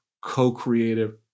co-creative